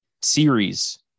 series